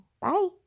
bye